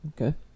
Okay